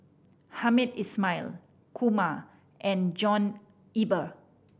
Hamed Ismail Kumar and John Eber